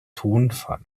tonfall